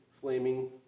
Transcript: flaming